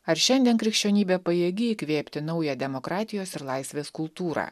ar šiandien krikščionybė pajėgi įkvėpti naują demokratijos ir laisvės kultūrą